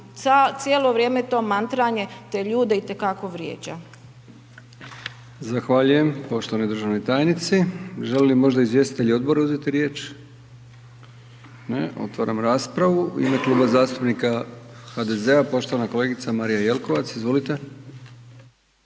cijelo vrijeme to mantranje te ljude itekako vrijeđa.